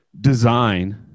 design